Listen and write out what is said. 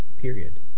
Period